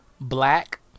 Black